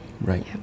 Right